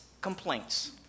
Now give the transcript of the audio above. complaints